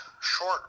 short